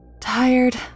Tired